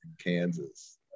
Kansas